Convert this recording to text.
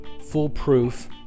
foolproof